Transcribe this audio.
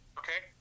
okay